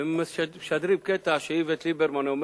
והם משדרים קטע שאיווט ליברמן אומר